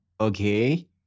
okay